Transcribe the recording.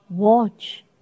Watch